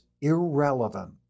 irrelevant